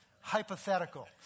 hypothetical